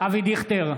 אבי דיכטר,